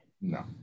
No